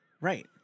Right